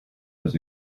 was